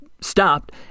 stopped